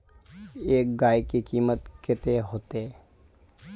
एक गाय के कीमत कते होते?